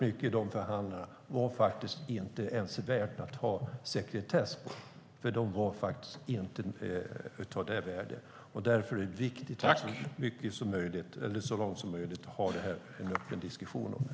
Mycket i de förhandlingarna var inte ens värt att ha sekretess på, för de hade inte ett sådant värde. Därför är det viktigt att så långt som möjligt ha en öppen diskussion om det.